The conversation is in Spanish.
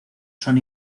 son